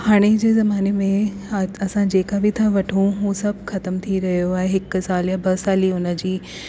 हाणे जे ज़माने में जेका बि था वठूं उहे सभु ख़तम थी रहियो आहे हिकु साल या ॿ साले हुन जी